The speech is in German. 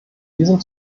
diesem